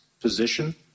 position